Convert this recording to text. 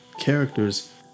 characters